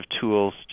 tools